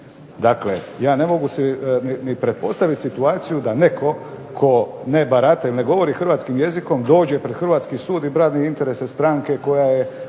Dakle, ja ne mogu si ni pretpostavit situaciju da netko tko ne barata ili ne govori hrvatskim jezikom dođe pred hrvatski sud i brani interese stranke koja tu